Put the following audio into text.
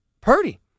Purdy